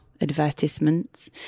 advertisements